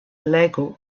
legu